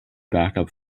backup